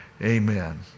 amen